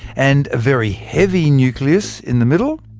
and a very heavy nucleus in the middle?